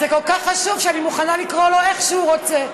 זה כל כך חשוב שאני מוכנה לקרוא לו איך שהוא רוצה.